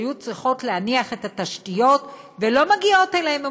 שהיו צריכות להניח את התשתיות ולא מגיעות אליהם.